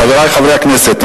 חברי חברי הכנסת,